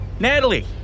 Natalie